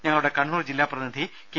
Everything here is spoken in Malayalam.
ഞങ്ങളുടെ കണ്ണൂർ ജില്ലാ പ്രതിനിധി കെ